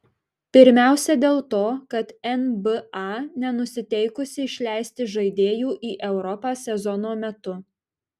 pirmiausia dėl to kad nba nenusiteikusi išleisti žaidėjų į europą sezono metu